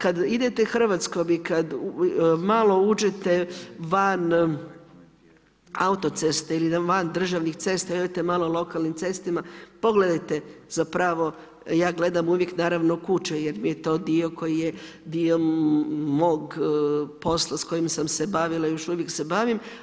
Kada idete Hrvatskom i kada malo uđete van autoceste ili van državnih cesta i odete malo lokalnim cestama, pogledajte zapravo, ja gledam uvijek naravno kuće jer mi je to dio koji je dio mog posla s kojim sam se bavila i još uvijek se bavim.